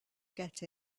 get